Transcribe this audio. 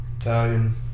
Italian